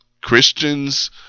Christians